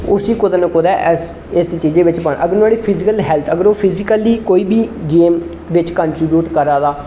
उसी कुतै ना कुतै ऐसी चीजें बिच पाना अगर नुआढ़ी फिजिकल हैल्थ अगर ओह् फिजिकली बी गेम बिच कंट्रीब्यूट करा दा